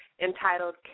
entitled